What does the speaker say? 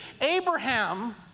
Abraham